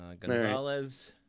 Gonzalez